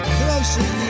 closer